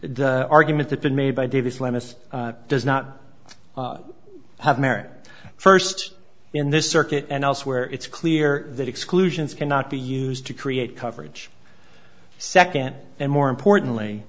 the argument that been made by davis lemmas does not have merit first in this circuit and elsewhere it's clear that exclusions cannot be used to create coverage second and more importantly